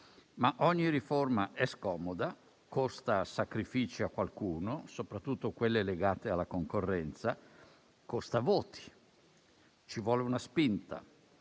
Ogni riforma però è scomoda, costa sacrifici a qualcuno, soprattutto quelle legate alla concorrenza e costa voti. Ci vuole una spinta.